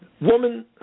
Woman